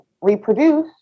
reproduce